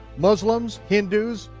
muslims, hindus,